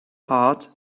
heart